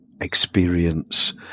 experience